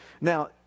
Now